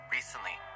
Recently